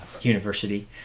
University